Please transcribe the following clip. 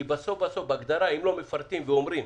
כי בסוף אם לא מפרטים ואומרים